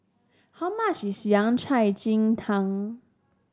how much is cai Ji Tang